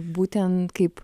būtent kaip